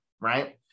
right